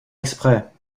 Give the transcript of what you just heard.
exprès